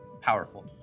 powerful